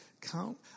count